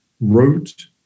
wrote